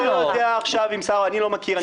אני לא יודע עכשיו אם שר, אני לא מכיר.